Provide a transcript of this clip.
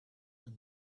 and